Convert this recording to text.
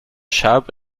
sharp